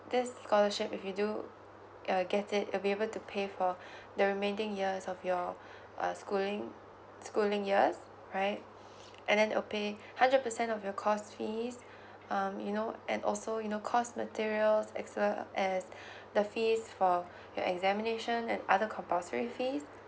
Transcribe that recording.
this scholarship if you do err get it it'll be able to pay for the remaining years of your uh schooling schooling years right and then to pay hundred percent of your course fees um you know and also you know course materials as per as the fees for your examination and other compulsory fees